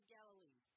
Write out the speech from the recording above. Galilee